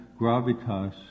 gravitas